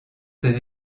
ses